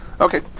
Okay